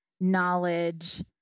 knowledge